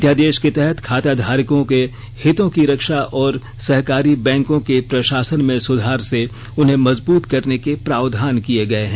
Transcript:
अध्यादेश के तहत खाताधारकों के हितों की रक्षा और सहकारी बैंकों के प्रशासन में सुधार से उन्हें मजबूत करने के प्रावधान किये गए हैं